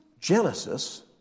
Genesis